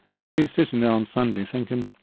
so he's sitting there on sunday thinking,